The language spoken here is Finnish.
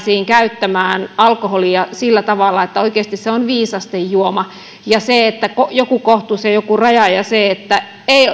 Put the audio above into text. käyttämään alkoholia sillä tavalla kun oikeasti se on viisasten juoma että on joku kohtuus ja joku raja ja että